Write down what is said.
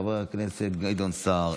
חבר הכנסת גדעון סער,